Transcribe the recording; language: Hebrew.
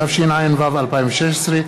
התשע"ו 2016,